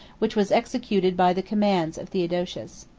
which was executed by the commands of theodosius.